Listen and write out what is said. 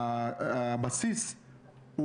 הבסיס,